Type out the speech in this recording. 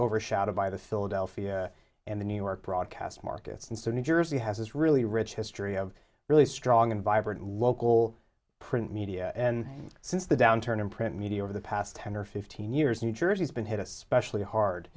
overshadowed by the philadelphia and the new york broadcast markets and so new jersey has this really rich history of really strong and vibrant local print media and since the downturn in print media over the past ten or fifteen years new jersey has been hit especially hard